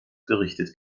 gerichtet